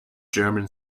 german